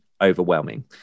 overwhelming